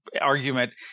argument